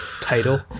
title